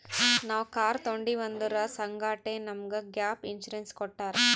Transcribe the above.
ನಾವ್ ಕಾರ್ ತೊಂಡಿವ್ ಅದುರ್ ಸಂಗಾಟೆ ನಮುಗ್ ಗ್ಯಾಪ್ ಇನ್ಸೂರೆನ್ಸ್ ಕೊಟ್ಟಾರ್